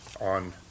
on